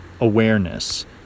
awareness